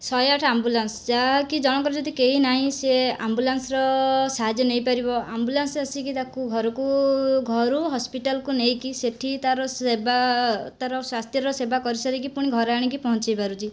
ଶହେ ଆଠ ଅମ୍ବୁଲାନ୍ସ ଯାହାକି ଜଣ କର ଯଦି କେହି ନାହିଁ ସିଏ ଅମ୍ବୁଲାନ୍ସର ସାହାଯ୍ୟ ନେଇପାରିବ ଅମ୍ବୁଲାନ୍ସ ଆସିକି ତାକୁ ଘରକୁ ଘରୁ ହସ୍ପିଟାଲକୁ ନେଇକି ସେଠି ତାର ସେବା ତାର ସ୍ବାସ୍ଥ୍ୟର ସେବା କରିସାରିକି ପୁଣି ଘରେ ଆଣିକି ପହଞ୍ଚାଇ ପାରୁଛି